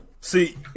See